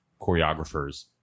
choreographers